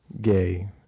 gay